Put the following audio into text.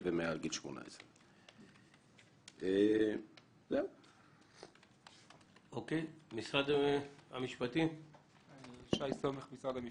ומעל גיל 18. שי סומך ממשרד המשפטים.